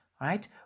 right